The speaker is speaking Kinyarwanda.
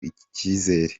icizere